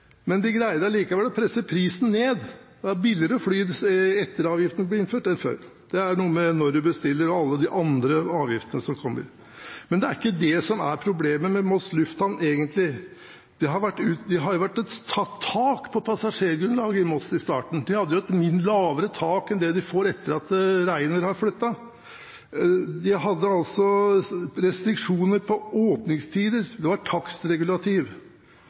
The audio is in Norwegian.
å gjøre med når du bestiller og alle de andre avgiftene som kommer. Men det er ikke det som er problemet med Moss lufthavn egentlig. De hadde der satt tak på passasjergrunnlaget i starten. De hadde et lavere tak enn det de får etter at Ryanair har flyttet. De hadde restriksjoner på åpningstider, det var takstregulativ.